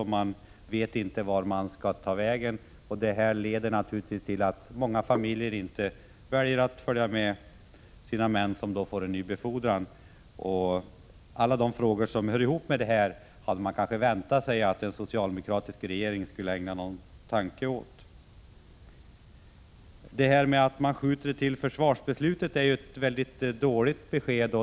Männen vet inte vart de skall ta vägen, och detta leder naturligtvis till att familjerna väljer att inte följa med, när mannen i familjen får befordran. Man hade kanske väntat sig att en socialdemokratisk regering skulle ägna alla de frågor som hör ihop med detta en tanke. Att man skjuter på frågan tills försvarsbeslutet skall fattas är ju ett väldigt dåligt besked.